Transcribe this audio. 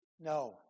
No